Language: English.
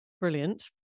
Brilliant